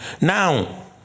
Now